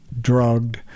drugged